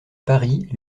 paris